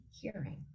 hearing